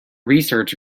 research